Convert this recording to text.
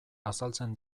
azaltzen